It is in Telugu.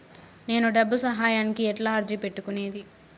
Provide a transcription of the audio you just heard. నేను డబ్బు సహాయానికి ఎట్లా అర్జీ పెట్టుకునేది?